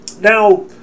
Now